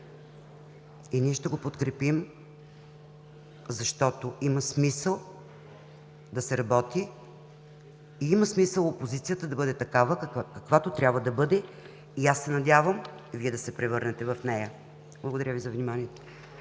Ние ще го подкрепим, защото има смисъл да се работи и има смисъл опозицията да бъде такава, каквато трябва да бъде. Надявам се Вие да се превърнете в нея. Благодаря. (Ръкопляскания